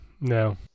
No